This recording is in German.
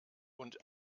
und